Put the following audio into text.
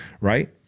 right